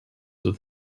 with